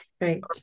right